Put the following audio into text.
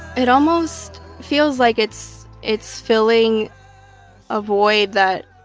it almost feels like it's it's filling a void that,